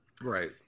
right